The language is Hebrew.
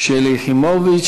שלי יחימוביץ.